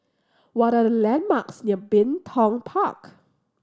what are the landmarks near Bin Tong Park